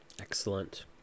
Excellent